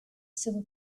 civil